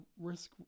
risk